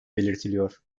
belirtiliyor